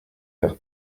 faire